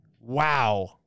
wow